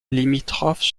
limitrophes